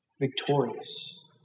Victorious